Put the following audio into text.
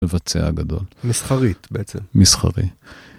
מבצע גדול מסחרית בעצם מסחרי.